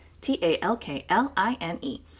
T-A-L-K-L-I-N-E